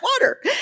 water